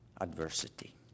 adversity